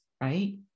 right